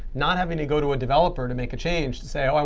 not having to go to a developer to make a change, to say, and